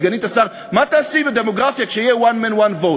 סגנית השר: מה תעשי בדמוגרפיה כשיהיה one man one vote?